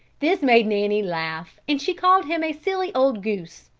this made nanny laugh and she called him a silly, old goose.